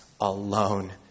alone